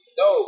no